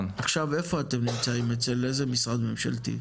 עכשיו איפה אתם נמצאים, אצל איזה משרד ממשלתי?